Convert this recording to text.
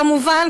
כמובן,